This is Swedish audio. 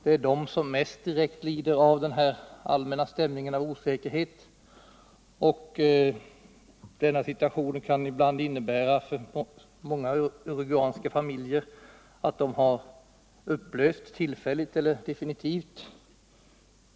Det är de som mest direkt lider av den här allmänna stämningen av osäkerhet, och denna situation kan ibland för många uruguayska familjer innebära att de upplöses, tillfälligt eller definitivt.